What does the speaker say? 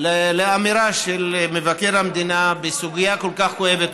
לאמירה של מבקר המדינה בסוגיה כל כך כואבת,